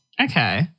Okay